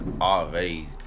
already